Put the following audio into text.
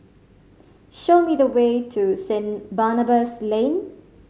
show me the way to Saint Barnabas Lane